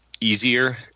easier